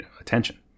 attention